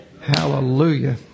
Hallelujah